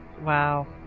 wow